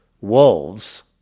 wolves